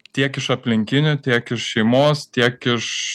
tiek iš aplinkinių tiek iš šeimos tiek iš